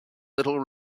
little